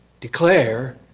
declare